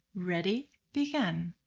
ready, begin.